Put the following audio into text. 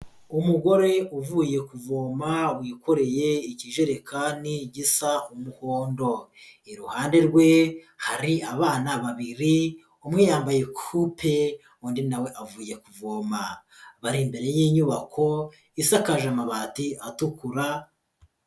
Umugore uvuye kuvoma wikoreye ikijerekani gisa umuhondo. Iruhande rwe hari abana babiri umwe yambaye kupe, undi nawe avuye kuvoma. Bari imbere y'inyubako isakaje amabati atukura.